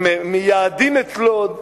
הם מייהדים את לוד,